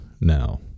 now